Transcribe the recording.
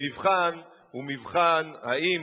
המבחן הוא מבחן האם